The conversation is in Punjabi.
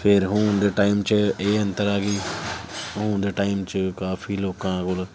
ਫਿਰ ਹੁਣ ਦੇ ਟਾਈਮ 'ਚ ਇਹ ਅੰਤਰ ਆ ਕਿ ਹੁਣ ਦੇ ਟਾਈਮ 'ਚ ਕਾਫੀ ਲੋਕਾਂ ਕੋਲ